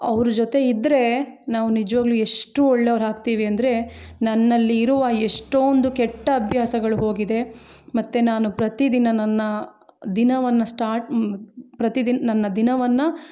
ಅವ್ರು ಜೊತೆ ಇದ್ರೆ ನಾವು ನಿಜ್ವಾಲು ಎಷ್ಟು ಒಳ್ಳೆವ್ರು ಆಗ್ತೀವಿ ಅಂದರೆ ನನ್ನಲ್ಲಿ ಇರುವ ಎಷ್ಟೊಂದು ಕೆಟ್ಟ ಅಭ್ಯಾಸಗಳು ಹೋಗಿದೆ ಮತ್ತು ನಾನು ಪ್ರತಿದಿನ ನನ್ನ ದಿನವನ್ನು ಸ್ಟಾಟ್ ಪ್ರತಿದಿನ ನನ್ನ ದಿನವನ್ನು